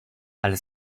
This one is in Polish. ale